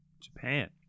Japan